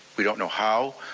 we don't know how,